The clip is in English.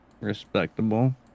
Respectable